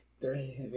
three